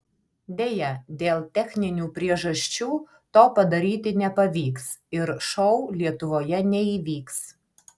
deja dėl techninių priežasčių to padaryti nepavyks ir šou lietuvoje neįvyks